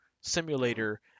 simulator